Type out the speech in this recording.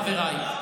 חבריי,